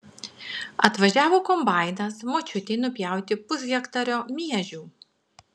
atvažiavo kombainas močiutei nupjauti pushektario miežių